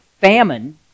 famine